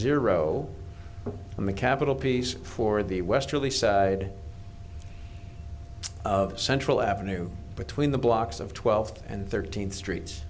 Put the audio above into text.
zero and the capital piece for the westerly side of central avenue between the blocks of twelfth and thirteenth streets